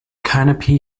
canopy